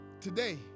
today